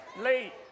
late